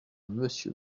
monsieur